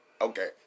Okay